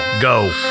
Go